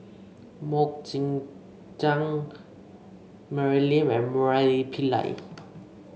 MoK Ying Jang Mary Lim and Murali Pillai